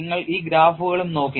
നിങ്ങൾ ഈ ഗ്രാഫുകളും നോക്കി